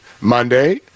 Monday